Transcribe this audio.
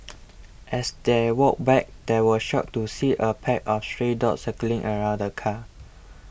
as they walked back they were shocked to see a pack of stray dogs circling around the car